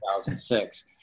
2006